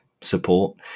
support